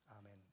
Amen